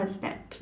what is that